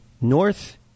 North